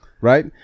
right